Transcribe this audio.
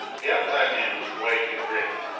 the outside man was white and grim,